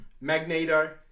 Magneto